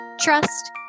trust